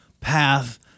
path